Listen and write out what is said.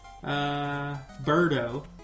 Birdo